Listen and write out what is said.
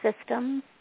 systems